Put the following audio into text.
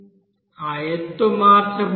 ఆ ఎత్తు మార్చబడుతుంది